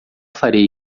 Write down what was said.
farei